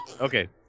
Okay